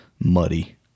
muddy